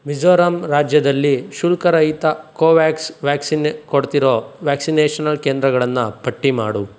ಮಿಜೋರಾಂ ರಾಜ್ಯದಲ್ಲಿ ಶುಲ್ಕರಹಿತ ಕೋವ್ಯಾಕ್ಸ್ ವ್ಯಾಕ್ಸಿನ್ ಕೊಡ್ತಿರೋ ವ್ಯಾಕ್ಸಿನೇಷನಲ್ ಕೇಂದ್ರಗಳನ್ನು ಪಟ್ಟಿ ಮಾಡು